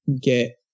get